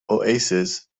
oasis